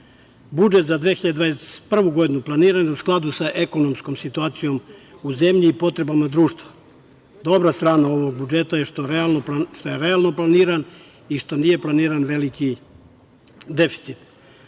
godinu. Budžet za 2021. godinu, planiran je u skladu sa ekonomskom situacijom u zemlji i potrebama društva. Dobra strana ovog budžeta, jeste ta što je on realno planiran i što nije planiran veliki deficit. Takođe,